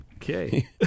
okay